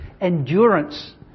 endurance